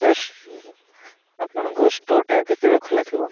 sir ଆପଣଙ୍କ ଷ୍ଟୋରଟା କେତେବେଳେ ଖୋଲା ଥିବ